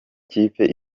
kipe